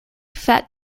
fat